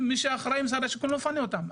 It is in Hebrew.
מי שאחראי במשרד השיכון לא מפנה אותם.